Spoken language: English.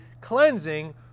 cleansing